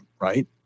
right